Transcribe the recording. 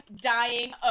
dying